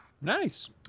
Nice